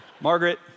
Margaret